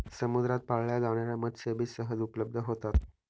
समुद्रात पाळल्या जाणार्या मत्स्यबीज सहज उपलब्ध होतात